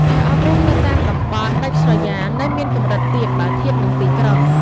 ការអប់រំនៅតាមតំបន់ដាច់ស្រយាលនៅមានកម្រិតទាបបើធៀបនឹងទីក្រុង។